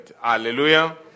Hallelujah